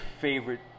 favorite